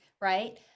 right